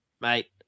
Mate